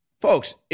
Folks